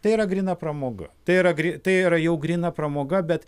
tai yra gryna pramoga tai yra gry tai yra jau gryna pramoga bet